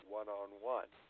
one-on-one